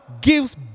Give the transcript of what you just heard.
gives